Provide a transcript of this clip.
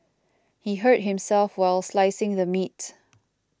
he hurt himself while slicing the meat